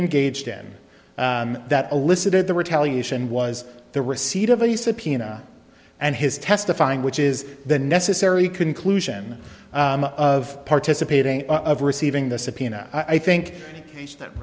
engaged in that elicited the retaliation was the receipt of a subpoena and his testifying which is the necessary conclusion of participating of receiving the subpoena i think that